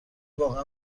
واقعا